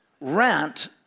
rent